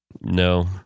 No